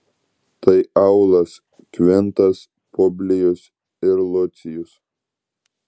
tai aulas kvintas publijus ir lucijus